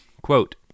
quote